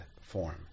form